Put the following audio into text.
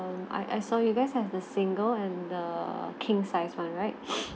um I I saw you guys have the single and the king size one right